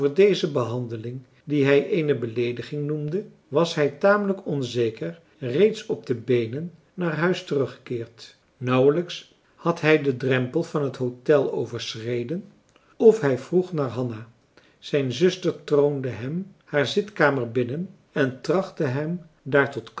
deze behandeling die hij eene beleediging noemde was hij tamelijk onzeker reeds op de beenen naar huis teruggekeerd nauwelijks had hij den drempel van het hôtel overschreden of hij vroeg naar hanna zijn zuster troonde marcellus emants een drietal novellen hem haar zitkamer binnen en trachtte hem daar tot